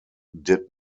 did